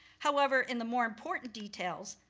however, in the more important details,